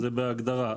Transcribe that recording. זה בהגדרה,